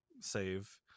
save